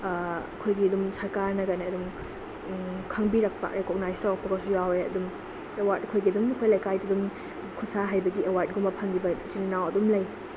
ꯑꯩꯈꯣꯏꯒꯤ ꯑꯗꯨꯝ ꯁꯔꯀꯥꯔꯅꯒꯅꯦ ꯑꯗꯨꯝ ꯈꯪꯕꯤꯔꯛꯄ ꯔꯦꯀꯣꯛꯅꯥꯏꯁ ꯇꯧꯔꯛꯄꯀꯥꯁꯨ ꯌꯥꯎꯋꯦ ꯑꯗꯨꯝ ꯑꯦꯋꯥꯔꯠ ꯑꯩꯈꯣꯏꯒꯤ ꯑꯗꯨꯝ ꯑꯩꯈꯣꯏꯒꯤ ꯂꯩꯀꯥꯏꯗ ꯑꯗꯨꯝ ꯈꯨꯠ ꯁꯥ ꯍꯩꯕꯒꯤ ꯑꯦꯋꯥꯔꯠꯀꯨꯝꯕ ꯐꯪꯈꯤꯕ ꯏꯆꯤꯟ ꯏꯅꯥꯎ ꯑꯗꯨꯝ ꯂꯩ